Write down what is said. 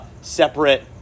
separate